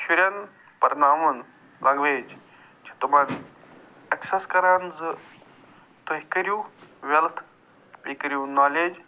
شُرٮ۪ن پرناوُن لنٛگویج چھِ تِمن اٮ۪کسٮ۪س کَران زٕ تُہۍ کٔرِو وٮ۪لٕتھ بیٚیہِ کٔرِو نالیج